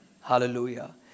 Hallelujah